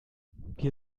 wir